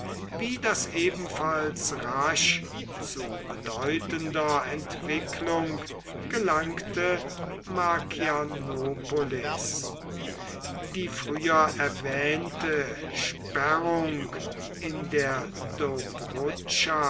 wie das ebenfalls rasch zu bedeutender entwicklung gelangte markianopolis die früher erwähnte sperrung in der